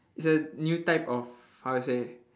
it's a new type of how to say